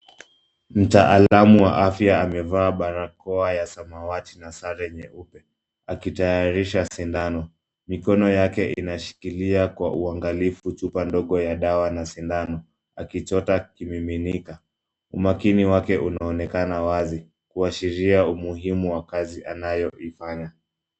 Mtaalamu wa afya amevaa barakoa ya samawati na sare nyeupe Mikono yake inashikilia kwa uangalifu chupa ndogo ya dawa na sindano, akichota kimiminika. Umakini wake unaonekana wazi, kuashiria umuhimu wa kazi anayoifanya.